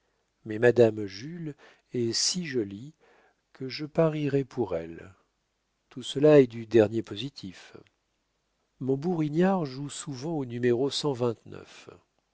mais madame jules est si jolie que je parierais pour elle tout cela est du dernier positif mon bourignard joue souvent au